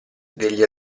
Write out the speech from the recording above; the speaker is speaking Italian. degli